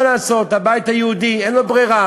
מה לעשות, לבית היהודי אין ברירה.